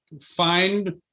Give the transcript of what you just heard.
find